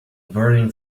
burning